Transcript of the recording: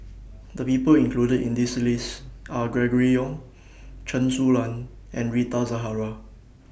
The People included in The list Are Gregory Yong Chen Su Lan and Rita Zahara